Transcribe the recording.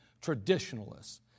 traditionalists